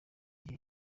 gihe